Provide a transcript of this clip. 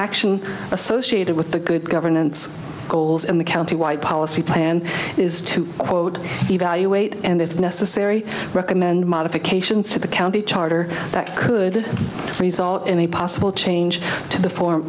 action associated with the good governance goals in the county wide policy plan is to quote evaluate and if necessary recommend modifications to the county charter that could result in a possible change to the form